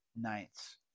nights